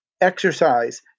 exercise